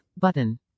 button